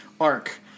arc